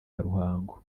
ruhango